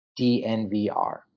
DNVR